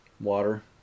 Water